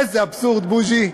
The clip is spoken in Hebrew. איזה אבסורד, בוז'י,